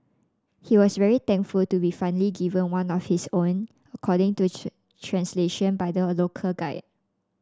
he was very thankful to be finally given one of his own according to translation by the local guide